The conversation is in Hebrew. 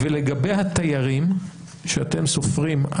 ולגבי התיירים שאתם סופרים,